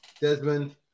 Desmond